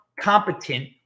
competent